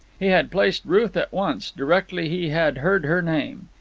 he had placed ruth at once, directly he had heard her name.